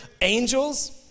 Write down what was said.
angels